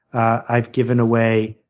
i've given away